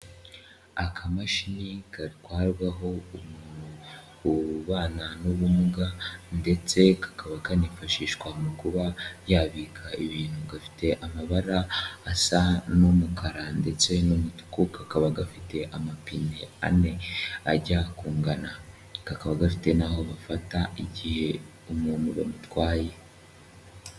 Akamashini gatwarwaho umuntu ubana n'ubumuga ndetse kakaba kifashishwa mu kuba yabika ibintu, gafite amabara asa n'umukara ndetse n'umutuku ka kaba gafite amapine ane ajya kungana, kakaba gafite n'aho bafata igihe umuntu bamutwaye.